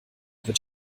wird